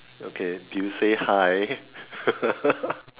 okay did you say hi